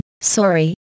Sorry